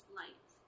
light